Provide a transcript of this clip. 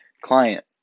client